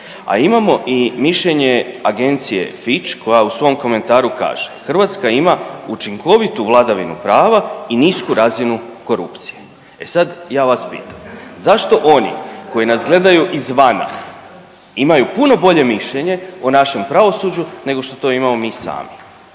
a imamo i mišljenje Agencije Fitch koja u svom komentaru kaže Hrvatska ima učinkovitu vladavinu prava i nisku razinu korupcije. E sad ja vas pitam, zašto oni koji nas gledaju izvana imaju puno bolje mišljenje o našem pravosuđu nego što to mi imamo sami?